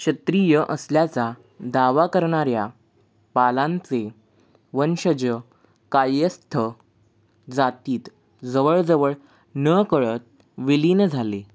क्षत्रिय असल्याचा दावा करणाऱ्या पालांचे वंशज कायस्थ जातीत जवळजवळ नकळत विलीन झाले